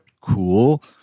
Cool